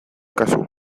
kasu